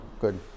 Good